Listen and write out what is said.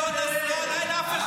לא נסראללה, אין אף אחד.